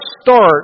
start